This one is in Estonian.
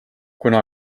kuna